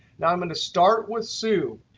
now, i'm going to start with sioux.